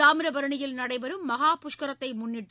தாமிரபரணியில் நடைபெறும் மகா புஷ்கரத்தை முன்னிட்டு